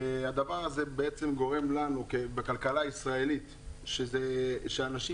זה גורם לנו בכלכלה הישראלית שהאנשים